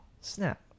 snap